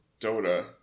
Dota